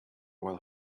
while